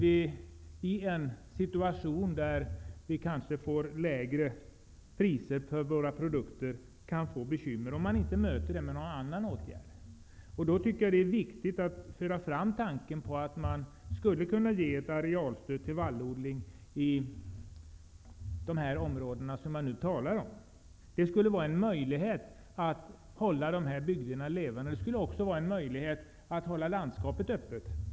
I en situation då vi kanske får lägre priser på våra produkter kan vi få bekymmer i dessa områden om detta inte möts med någon annan åtgärd. I detta sammanhang tycker jag att det är viktigt att föra fram tanken på att man skulle kunna ge ett arealstöd till vallodling i de områden som jag har talat om. Det skulle vara en möjlighet att hålla dessa bygder levande. Det skulle också vara en möjlighet att hålla landskapet öppet.